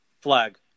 Flag